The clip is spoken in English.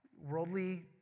worldly